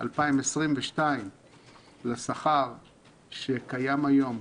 2022 לשכר שקיים היום,